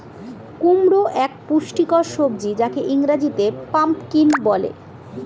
কুমড়ো এক পুষ্টিকর সবজি যাকে ইংরেজিতে পাম্পকিন বলে